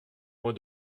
moi